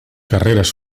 carreres